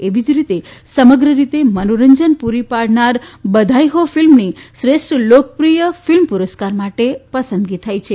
એવી જ રીતે સમગ્ર રીતે મનોરંજન પુરી પાડનાર બધાઈ હો ફિલ્મની શ્રેષ્ઠ લોકપ્રિય ફિલ્મ પુરસ્કાર માટે પસંદગી થઈ છે